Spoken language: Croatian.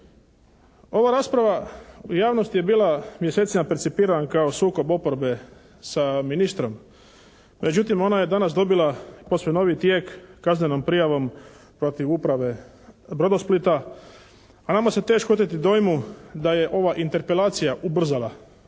Ova rasprava u javnosti je bila mjesecima percipirana kao sukob oporbe sa ministrom, međutim ona je danas dobila posve novi tijek kaznenom prijavom protiv uprave "Brodosplita", a nama se teško oteti dojmu da je ova interpelacija ubrzala